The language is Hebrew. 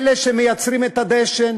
אלה שמייצרים את הדשן,